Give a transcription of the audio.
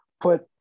put